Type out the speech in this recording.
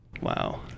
Wow